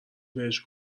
بهش